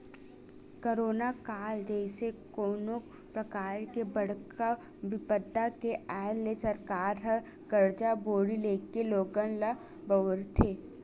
corona काल जइसे कोनो परकार के बड़का बिपदा के आय ले सरकार ह करजा बोड़ी लेके लोगन ल उबारथे